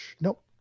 Nope